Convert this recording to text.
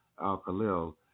Al-Khalil